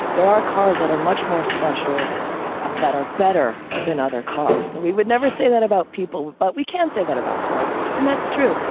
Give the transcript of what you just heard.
there are cars that are much more special that are better than other cars. and we would never say that about people. but we can't say that about cars. and that's true.